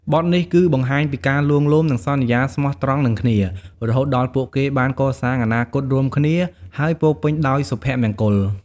បទនេះគឺបង្ហាញពីការលួងលោម និងសន្យាស្មោះត្រង់នឹងគ្នា រហូតដល់ពួកគេបានកសាងអនាគតរួមគ្នា ហើយពោរពេញដោយសុភមង្គល។